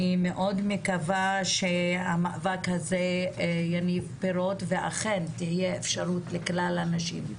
אני מאוד מקווה שהמאבק הזה יניב פירות ואכן תהיה אפשרות לכלל הנשים.